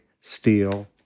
steel